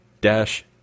dash